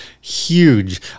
huge